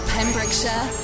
Pembrokeshire